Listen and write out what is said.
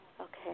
Okay